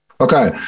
Okay